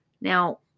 Now